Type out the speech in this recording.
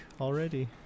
already